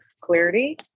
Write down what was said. clarity